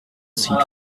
seat